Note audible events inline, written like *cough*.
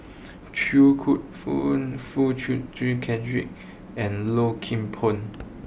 Choo *unintelligible* Foo Chee *unintelligible* Cedric and Low Kim Pong